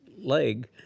leg